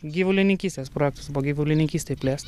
gyvulininkystės projektas gyvulininkystei plėst